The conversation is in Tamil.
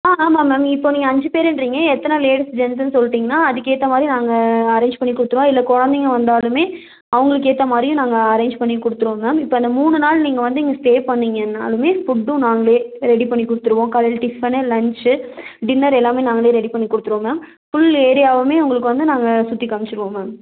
ஆ ஆமாம் மேம் இப்போ நீங்கள் அஞ்சு பேருன்றிங்க எத்தனை லேடீஸ் ஜென்ஸுன்னு சொல்லிட்டிங்கன்னால் அதுக்கேற்ற மாதிரி நாங்கள் அரேஞ்ச் பண்ணி கொடுத்துடுவோம் இல்லை கொழந்தைங்க வந்தாலும் அவங்களுக்கேற்ற மாதிரி நாங்கள் அரேஞ்ச் பண்ணி கொடுத்துடுவோம் மேம் இப்போ இந்த மூணு நாள் நீங்கள் வந்து இங்க ஸ்டே பண்ணிங்கனாலும் ஃபுட்டும் நாங்களே ரெடி பண்ணி கொடுத்துடுவோம் காலையில் டிஃபன்னு லஞ்ச் டின்னெர் எல்லாமே நாங்களே ரெடி பண்ணி கொடுத்துடுவோம் மேம் ஃபுல் ஏரியாவும் உங்களுக்கு வந்து நாங்கள் சுற்றி காமிச்சுருவோம் மேம்